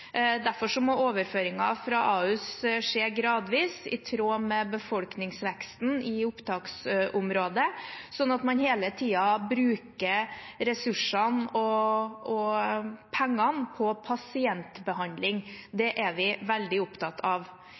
Derfor må overføringen fra Ahus skje gradvis, i tråd med befolkningsveksten i opptaksområdet, sånn at man hele tiden bruker ressursene og pengene på pasientbehandling. Det er vi veldig opptatt av.